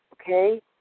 okay